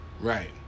Right